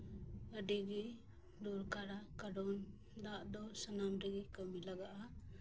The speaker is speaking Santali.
ᱟᱹᱰᱤ ᱜᱮ ᱫᱚᱨᱠᱟᱨᱟ ᱠᱟᱨᱚᱱ ᱫᱟᱜ ᱫᱚ ᱥᱟᱱᱟᱢ ᱨᱮᱜᱮ ᱠᱟᱹᱢᱤ ᱞᱟᱜᱟᱜᱼᱟ